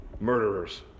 murderers